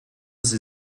sie